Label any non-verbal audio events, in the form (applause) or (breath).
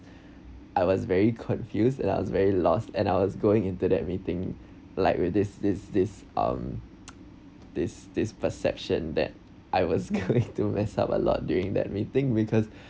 I was very confused and I was very lost and I was going into that meeting like with this this this um (noise) this this perception that I was going to mess up a lot during that meeting because (breath)